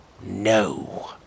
No